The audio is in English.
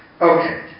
Okay